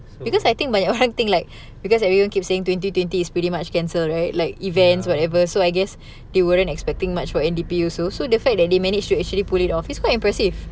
because I think everyone think like because everyone keep saying twenty twenty is pretty much cancelled right like events whatever so I guess they weren't expecting much for N_D_P also so the fact that they managed to actually pull it off is quite impressive